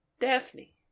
Daphne